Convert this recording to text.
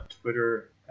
Twitter